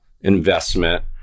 investment